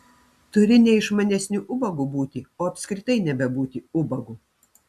turi ne išmanesniu ubagu būti o apskritai nebebūti ubagu